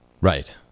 Right